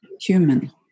human